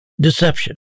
deception